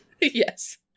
Yes